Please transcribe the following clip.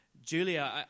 Julia